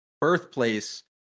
Birthplace